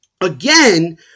again